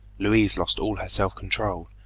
louise lost all her self-control.